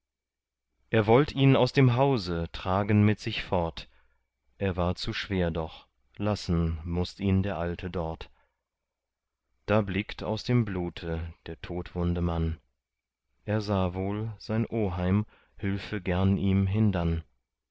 er wollt ihn aus dem hause tragen mit sich fort er war zu schwer doch lassen mußt ihn der alte dort da blickt aus dem blute der todwunde mann er sah wohl sein oheim hülfe gern ihm hindann